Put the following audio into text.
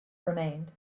remained